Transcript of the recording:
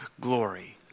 glory